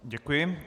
Děkuji.